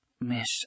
miss